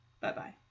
Bye-bye